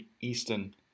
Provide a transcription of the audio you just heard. eastern